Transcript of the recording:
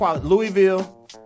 Louisville